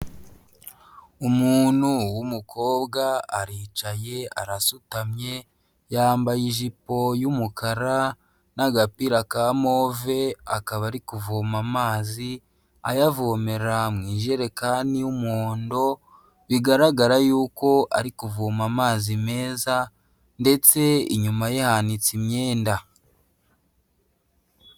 Umuntu w'umukobwa aricaye arasutamye, yambaye ijipo y'umukara n'agapira ka move akaba ari kuvoma amazi ayavomera mu ijerekani y'umuhondo, bigaragara yuko ari kuvoma amazi meza, ndetse inyuma ye hanitse imyenda.